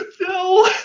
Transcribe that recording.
No